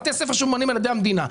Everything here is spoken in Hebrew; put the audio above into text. בתי ספר שממומנים על ידי המדינה.